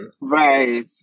Right